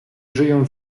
żyją